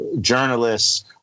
Journalists